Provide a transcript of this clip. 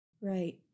Right